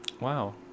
Wow